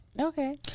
Okay